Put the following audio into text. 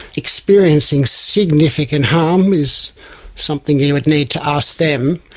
experiencing significant harm is something you would need to ask them.